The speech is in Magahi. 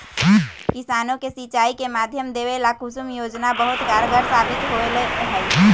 किसानों के सिंचाई के माध्यम देवे ला कुसुम योजना बहुत कारगार साबित होले है